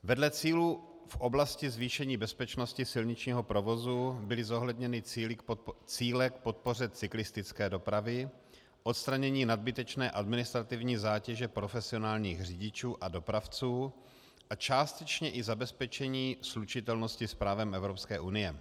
Vedle cílů v oblasti zvýšení bezpečnosti silničního provozu byly zohledněny cíle k podpoře cyklistické dopravy, odstranění nadbytečné administrativní zátěže profesionálních řidičů a dopravců a částečně i zabezpečení slučitelnosti s právem Evropské unie.